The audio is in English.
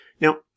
Now